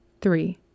Three